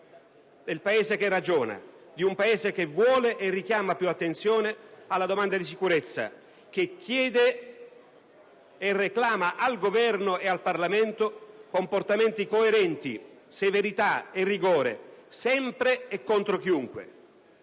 del Paese che ragiona, ad un Paese che vuole e richiama più attenzione sulla domanda di sicurezza, che chiede e reclama dal Governo e dal Parlamento comportamenti coerenti, severità e rigore, sempre e contro chiunque,